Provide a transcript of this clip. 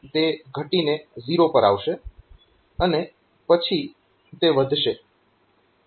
ત્યારે તે ઘટીને 0 પર આવશે અને પછી તે વધશે